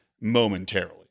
momentarily